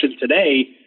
today